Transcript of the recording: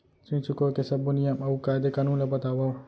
ऋण चुकाए के सब्बो नियम अऊ कायदे कानून ला बतावव